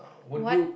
what